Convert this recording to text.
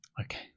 okay